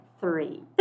three